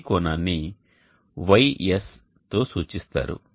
ఈ కోణాన్ని γS తో సూచిస్తారు